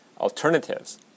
Alternatives